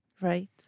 Right